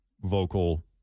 vocal